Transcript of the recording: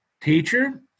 Teacher